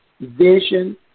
vision